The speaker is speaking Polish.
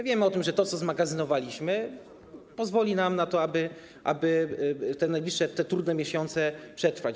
Wiem o tym, że to, co zmagazynowaliśmy, pozwoli nam na to, aby te najbliższe, te trudne miesiące przetrwać.